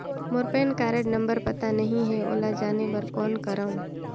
मोर PAN card number पता नहीं है, ओला जाने बर कौन करो?